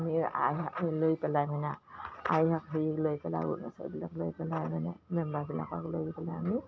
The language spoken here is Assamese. আমি আই লৈ পেলাই মানে আই হেৰি লৈ পেলাই অৰুণাচলীবিলাক লৈ পেলাই মানে মেম্বাৰবিলাকক লৈ পেলাই আমি